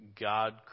God